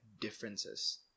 differences